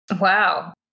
Wow